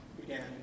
began